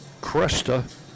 Cresta